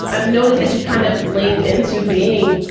i've noticed that you've kind of leaned into being,